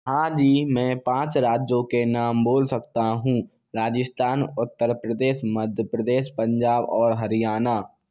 हाँ जी मैं पाँच राज्यों के नाम बोल सकता हूँ राजस्थान उत्तर प्रदेश मध्य प्रदेश पंजाब और हरियाणा